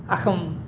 अहम्